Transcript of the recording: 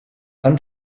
han